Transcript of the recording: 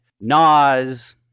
Nas